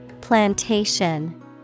Plantation